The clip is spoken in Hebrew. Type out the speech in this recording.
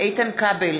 איתן כבל,